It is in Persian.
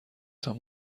تان